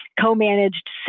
co-managed